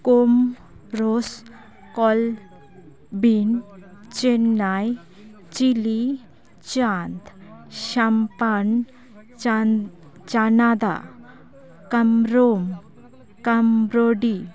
ᱠᱳᱢᱨᱚᱥᱴ ᱠᱚᱞ ᱵᱤᱱ ᱪᱮᱱᱱᱟᱭ ᱪᱤᱞᱤ ᱪᱟᱱᱫᱽ ᱥᱟᱢᱯᱟᱱᱰ ᱪᱟᱱ ᱪᱟᱱᱟᱫᱟ ᱠᱟᱢᱨᱳᱢ ᱠᱟᱢᱨᱳᱰᱤ